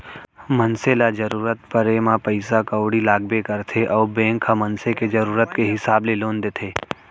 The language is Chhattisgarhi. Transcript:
मनसे ल जरूरत परे म पइसा कउड़ी लागबे करथे अउ बेंक ह मनसे के जरूरत के हिसाब ले लोन देथे